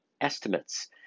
estimates